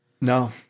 No